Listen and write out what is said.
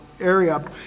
area